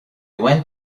went